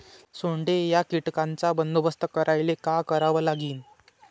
सोंडे या कीटकांचा बंदोबस्त करायले का करावं लागीन?